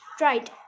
Right